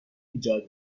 ایجاد